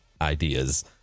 Ideas